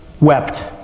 wept